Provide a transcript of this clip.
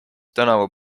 tänavu